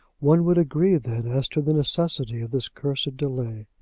one would agree then as to the necessity of this cursed delay.